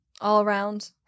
all-around